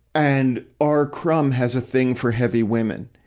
and, r. crumb has a thing for heavy women,